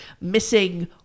missing